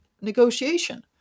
negotiation